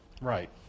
right